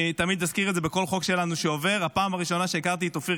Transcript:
אני תמיד אזכיר את זה בכל חוק שלנו שעובר: הפעם הראשונה שהכרתי את אופיר